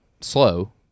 slow